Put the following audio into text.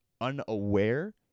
unaware